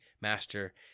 master